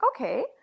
okay